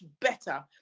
better